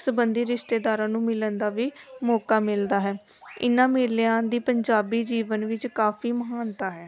ਸਬੰਧੀ ਰਿਸ਼ਤੇਦਾਰਾਂ ਨੂੰ ਮਿਲਣ ਦਾ ਵੀ ਮੌਕਾ ਮਿਲਦਾ ਹੈ ਇਹਨਾਂ ਮੇਲਿਆਂ ਦੀ ਪੰਜਾਬੀ ਜੀਵਨ ਵਿੱਚ ਕਾਫ਼ੀ ਮਹਾਨਤਾ ਹੈ